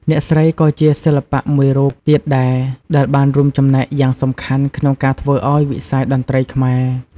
អ្នកស្រីក៏ជាសិល្បៈមួយរូបទៀតដែរ ដែលបានរួមចំណែកយ៉ាងសំខាន់ក្នុងការធ្វើឱ្យវិស័យតន្ត្រីខ្មែរ។